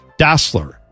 Dassler